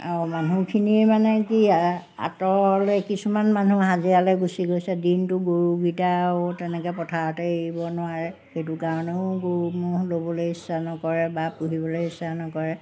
আৰু মানুহখিনিৰ মানে কি আঁতৰলৈ কিছুমান মানুহ হাজিৰালৈ গুচি গৈছে দিনটো গৰুকেইটা আৰু তেনেকৈ পথাৰতে এৰিব নোৱাৰে সেইটো কাৰণেও গৰু ম'হ ল'বলৈ ইচ্ছা নকৰে বা পুহিবলৈ ইচ্ছা নকৰে